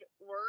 work